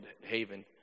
Haven